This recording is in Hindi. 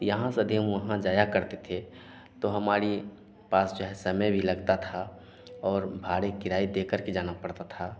यहाँ से यदि हम वहाँ जाया करते थे तो हमारी पास जो है समय भी लगता था और भाड़े किराए देकर के जाना पड़ता था